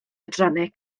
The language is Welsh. adrannau